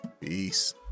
peace